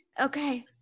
Okay